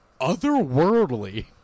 otherworldly